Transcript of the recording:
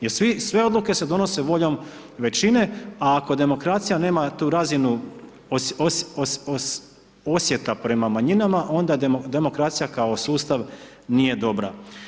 Jer sve odluke se donose voljom većine, a ako demokracija nema tu razinu osjeta prema manjinama, onda demokracija kao sustav nije dobra.